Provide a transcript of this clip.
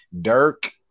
Dirk